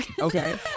okay